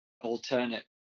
alternate